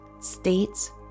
states